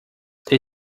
they